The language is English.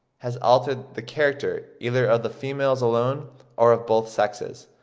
has altered the character either of the females alone, or of both sexes.